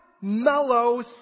mellow